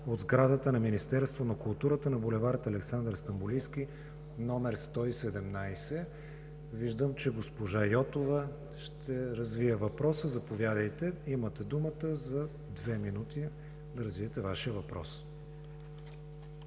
от сградата на Министерството на културата на булевард „Александър Стамболийски“ № 117. Виждам, че госпожа Йотова ще развие въпроса. Заповядайте, имате думата за две минути да развиете Вашия въпрос.